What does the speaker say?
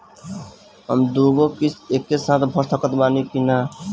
हम दु गो किश्त एके साथ भर सकत बानी की ना?